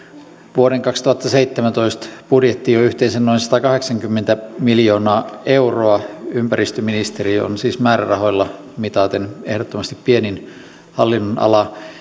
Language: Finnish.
vuoden kaksituhattaseitsemäntoista budjettiin on yhteensä noin satakahdeksankymmentä miljoonaa euroa ympäristöministeriö on siis määrärahoilla mitaten ehdottomasti pienin hallinnonala